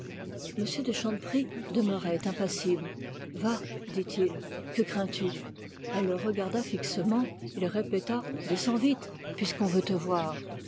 de chanteprie demeurait impassible va dit-il que crains-tu elle le regarda fixement il insista descends vite puisqu'on veut te voir